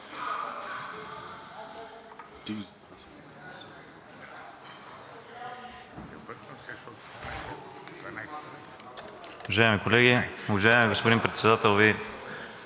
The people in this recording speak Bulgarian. Уважаеми колеги, уважаеми господин Председател! Вие